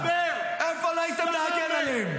איפה הייתם להגן עליהם?